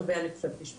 שווה אני חושבת לשמוע.